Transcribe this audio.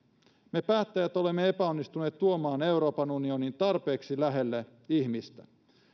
me päättäjät olemme epäonnistuneet tuomaan euroopan unionin tarpeeksi lähelle ihmistä